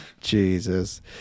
Jesus